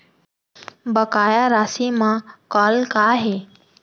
बकाया राशि मा कॉल का हे?